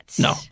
No